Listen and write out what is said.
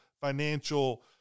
financial